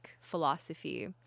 philosophy